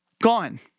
Gone